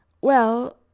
Well